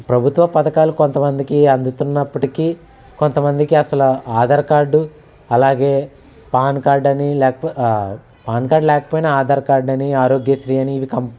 ప్రభుత్వ పథకాలు కొంతమందికి అందుతున్నప్పటికీ కొంతమందికి అసలు ఆధార్ కార్డు అలాగే పాన్ కార్డు అని లేకపోతే పాన్ కార్డు లేకపోయినా ఆధార్ కార్డు అని ఆరోగ్యశ్రీ అని ఇవి కం